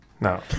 No